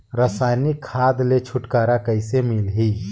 रसायनिक खाद ले छुटकारा कइसे मिलही?